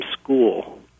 school